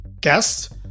guest